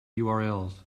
urls